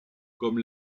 comme